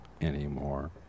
anymore